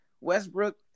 Westbrook